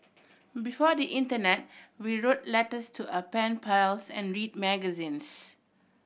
before the internet we wrote letters to our pen pals and read magazines